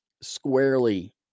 squarely